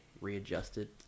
readjusted